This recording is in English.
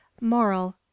moral